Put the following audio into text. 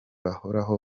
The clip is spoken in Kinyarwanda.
bahoraho